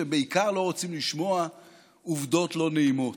ובעיקר לא רוצים לשמוע עובדות לא נעימות.